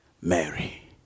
Mary